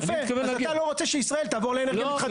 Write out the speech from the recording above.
יפה, אז אתה לא רוצה שישראל תעבור לאנרגיה מתחדשת.